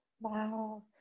Wow